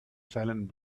silent